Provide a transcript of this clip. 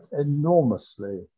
enormously